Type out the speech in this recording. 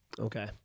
Okay